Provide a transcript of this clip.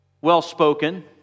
well-spoken